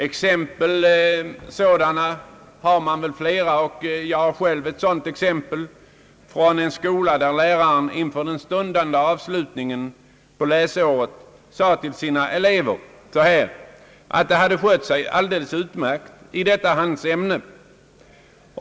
Det finns flera sådana, och jag har själv ett sådant exempel från en skola, där läraren inför den stundande avslutningen på läsåret sade till sina elever att de hade skött sig utmärkt i hans ämne.